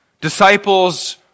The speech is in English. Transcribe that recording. Disciples